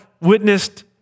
witnessed